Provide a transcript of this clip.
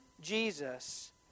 Jesus